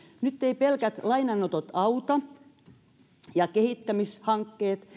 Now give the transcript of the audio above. nyt eivät pelkät lainanotot ja kehittämishankkeet